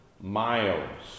miles